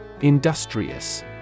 Industrious